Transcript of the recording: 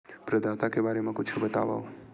प्रदाता के बारे मा कुछु बतावव?